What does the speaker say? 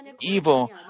evil